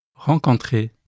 rencontrer